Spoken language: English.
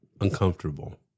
uncomfortable